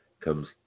comes